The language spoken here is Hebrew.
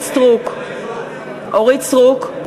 אורית סטרוק,